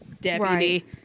deputy